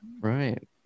Right